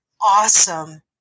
awesome